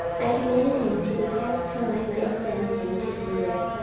i commanded him to be kept till i might send him to caesar.